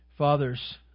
Fathers